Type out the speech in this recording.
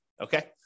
okay